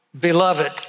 beloved